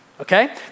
Okay